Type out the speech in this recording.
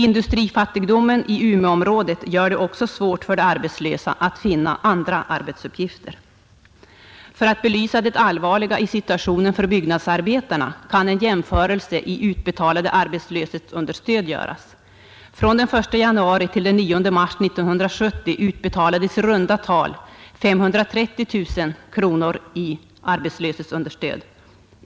Industrifattigdomen i Umeområdet gör det också svårt för de arbetslösa att finna andra arbetsuppgifter. För att belysa det allvarliga i situationen för byggnadsarbetarna kan en jämförelse i fråga om utbetalade arbetslöshetsunderstöd göras. Från den 1 januari till den 9 mars 1970 utbetalades i runda tal 530 000 kronor i arbetslöshetsunderstöd.